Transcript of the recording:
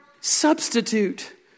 substitute